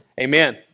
Amen